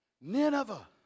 Nineveh